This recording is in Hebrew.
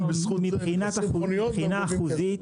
מבחינה אחוזית,